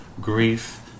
grief